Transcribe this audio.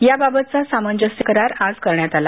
याबाबतचा सामंजस्य करार आज करण्यात आला